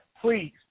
please